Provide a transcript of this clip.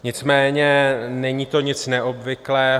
Nicméně není to nic neobvyklého.